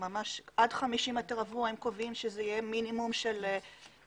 עד 50 מטרים רבוע הם קובעים שזה יהיה מינימום של מערכות,